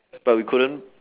but we couldn't